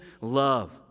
love